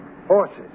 Horses